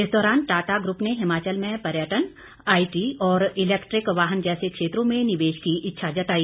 इस दौरान टाटा ग्रूप ने हिमाचल में पर्यटन आईटी और इलैक्ट्रिक वाहन जैसे क्षेत्रों में निवेश की इच्छा जताई